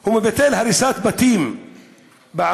הוא מבטל הריסת בתים בעמונה,